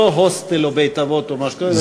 לא הוסטל או בית-אבות או משהו כזה,